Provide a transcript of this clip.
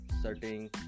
setting